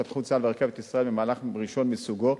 פתחו צה"ל ו"רכבת ישראל" מהלך ראשון מסוגו,